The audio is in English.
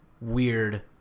weird